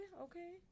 okay